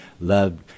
loved